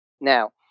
Now